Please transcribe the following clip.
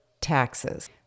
taxes